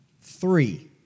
three